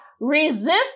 resist